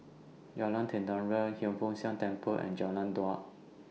Jalan Tenteram Hiang Foo Siang Temple and Jalan Daud